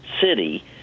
city